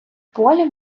поля